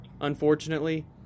unfortunately